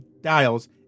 dials